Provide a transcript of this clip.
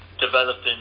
developing